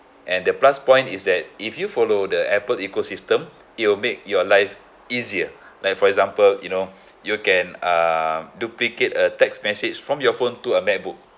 and the plus point is that if you follow the apple ecosystem it will make your life easier like for example you know you can uh duplicate a text message from your phone to a macbook